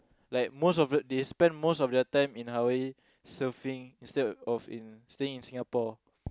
like they spend most of their time surfing instead of staying in Singapore